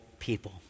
people